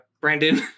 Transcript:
Brandon